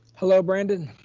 hello, brandon.